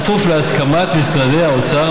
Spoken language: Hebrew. בכפוף להסכמת משרדי האוצר,